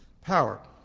power